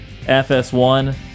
FS1